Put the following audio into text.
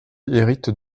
hérite